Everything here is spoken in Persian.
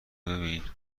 ببینین